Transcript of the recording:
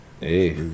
Hey